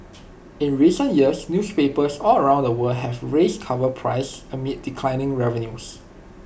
in recent years newspapers all around the world have raised cover prices amid declining revenues